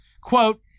quote